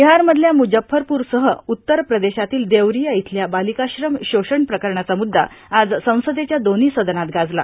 बिहारमधल्या मुजप्फरपूरसह उत्तर प्रदेशातील देवरिया इथल्या बालिकाश्रम शोषण प्रकरणाचा मुद्दा आज संसदेच्या दोव्ही सदनात गाजला